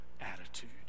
attitude